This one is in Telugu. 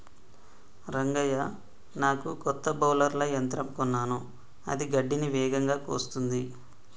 రంగయ్య నాకు కొత్త బౌలర్ల యంత్రం కొన్నాను అది గడ్డిని వేగంగా కోస్తుంది